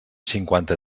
cinquanta